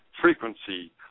frequency